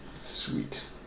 Sweet